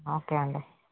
okay అండి